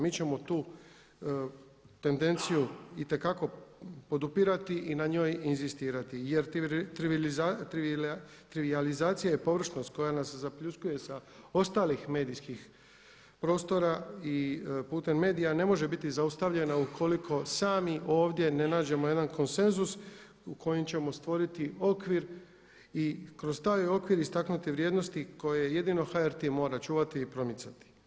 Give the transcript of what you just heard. Mi ćemo tu tendenciju itekako podupirati i na njoj inzistirati jer trivijalizacija je površnost koja nas zapljuskuje sa ostalih medijskih prostora i putem medija ne može biti zaustavljena ukoliko sami ovdje ne nađemo jedan konsenzus u kojem ćemo stvoriti okvir i kroz taj okvir istaknuti vrijednosti koje jedino HRT mora čuvati i promicati.